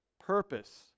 purpose